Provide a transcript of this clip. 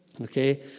okay